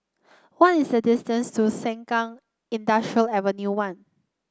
what is the distance to Sengkang Industrial Ave one